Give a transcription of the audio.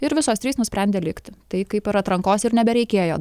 ir visos trys nusprendė likti tai kaip ir atrankos ir nebereikėjo